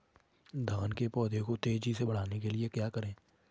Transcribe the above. धान के पौधे को तेजी से बढ़ाने के लिए क्या करें?